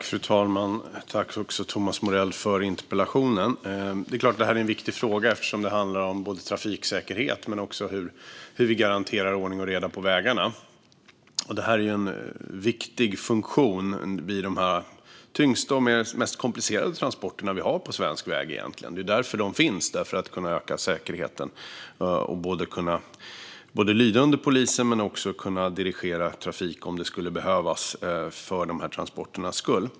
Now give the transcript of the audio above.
Fru talman! Tack, Thomas Morell, för interpellationen! Det här är såklart en viktig fråga eftersom det handlar om trafiksäkerhet men också om hur vi garanterar ordning och reda på vägarna. Det här handlar om en viktig funktion vid de tyngsta och mest komplicerade transporter som görs på svensk väg. Funktionen finns ju för att öka säkerheten. Man lyder under polisen men kan också dirigera trafik om så skulle behövas för transporternas skull.